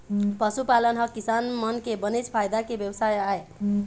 पशुपालन ह किसान मन के बनेच फायदा के बेवसाय आय